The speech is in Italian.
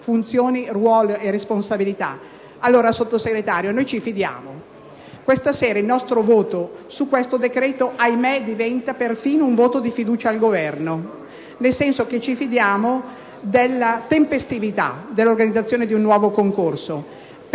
funzioni, ruolo e responsabilità? Sottosegretario, noi ci fidiamo: questa sera il nostro voto su tale decreto‑legge diventa - ahimè - perfino un voto di fiducia al Governo, nel senso che ci fidiamo della tempestività dell'organizzazione di un nuovo concorso.